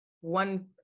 one